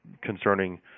concerning